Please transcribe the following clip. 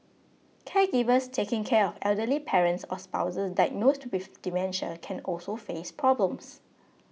caregivers taking care of elderly parents or spouses diagnosed with dementia can also face problems